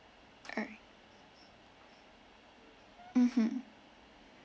alright mmhmm